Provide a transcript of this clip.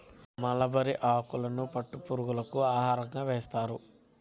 mulberry ఆకులను పట్టు పురుగులకు ఆహారంగా వేస్తారు